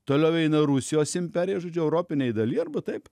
toliau eina rusijos imperija žodžiu europinėj daly arba taip